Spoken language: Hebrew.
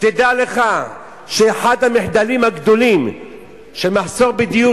תדע לך שאחד המחדלים הגדולים של המחסור בדיור